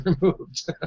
removed